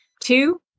Two